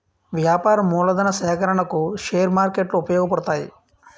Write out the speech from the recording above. వ్యాపార మూలధన సేకరణకు షేర్ మార్కెట్లు ఉపయోగపడతాయి